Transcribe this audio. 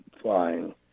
flying